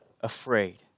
afraid